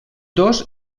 dos